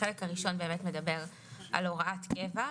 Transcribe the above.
החלק הראשון מדבר על הוראת קבע,